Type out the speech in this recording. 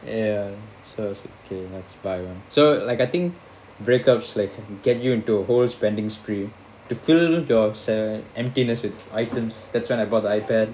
ya so I was like okay let's buy one so like I think breakups like can get you into a whole spending spree to fill your sad~ emptiness with items that's when I bought the ipad